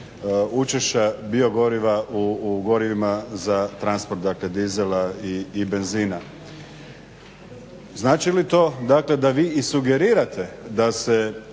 učešća biogoriva u gorivima za transport dakle dizela i benzina. Znači li to dakle da vi i sugerirate da se